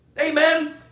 Amen